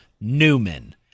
Newman